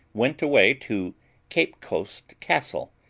went away to cape coast castle,